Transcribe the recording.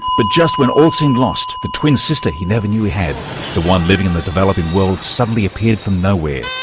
but just when all seemed lost, the twin sister he never knew he had, the one living in the developing world, suddenly appeared from nowhere.